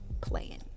playing